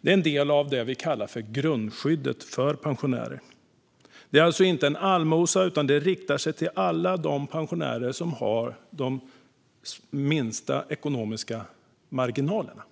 Det är en del av det som vi kallar för grundskyddet för pensionärer. Det är alltså inte en allmosa, utan det riktar sig till alla pensionärer med de minsta ekonomiska marginalerna.